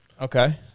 Okay